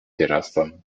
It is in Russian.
пиратством